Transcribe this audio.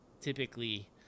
typically